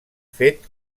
fet